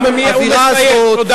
הוא מסיים.